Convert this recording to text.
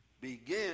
Begin